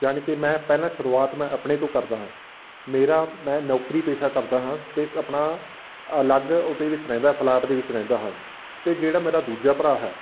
ਜਾਣੀ ਕਿ ਮੈਂ ਪਹਿਲਾਂ ਸ਼ੁਰੂਆਤ ਮੈਂ ਆਪਣੇ ਤੋਂ ਕਰਦਾ ਹਾਂ ਮੇਰਾ ਮੈਂ ਨੌਕਰੀ ਪੇਸ਼ਾ ਕਰਦਾ ਹਾਂ ਅਤੇ ਸ ਆਪਣਾ ਅਲੱਗ ਉਹਦੇ ਵਿੱਚ ਰਹਿੰਦਾ ਪਲਾਟ ਦੇ ਵਿੱਚ ਰਹਿੰਦਾ ਹਾਂ ਅਤੇ ਜਿਹੜਾ ਮੇਰਾ ਦੂਜਾ ਭਰਾ ਹੈ